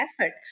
effort